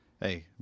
hey